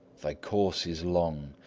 thy course is long,